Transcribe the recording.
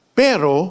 pero